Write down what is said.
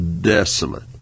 desolate